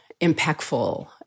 impactful